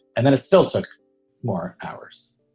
and then it still took more hours.